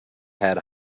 had